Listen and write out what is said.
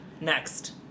Next